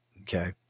okay